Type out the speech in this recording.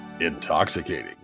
Intoxicating